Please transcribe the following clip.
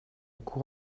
cour